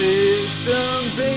Systems